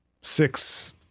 Six